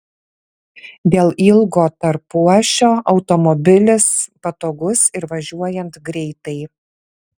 dėl ilgo tarpuašio automobilis patogus ir važiuojant greitai